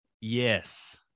Yes